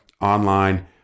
online